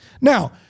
Now